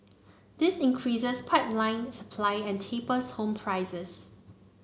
this increases pipeline supply and tapers home prices